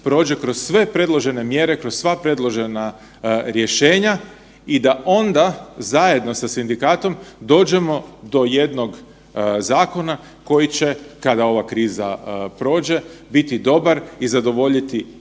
prođe kroz sve predložene mjere, kroz sva predložena rješenja i da onda, zajedno sa sindikatom dođemo do jednog zakona koji će, kada ova kriza prođe, biti dobar i zadovoljiti